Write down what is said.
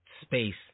space